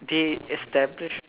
they establish